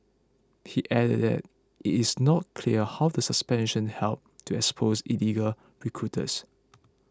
he added that it is not clear how the suspension helps to expose illegal recruiters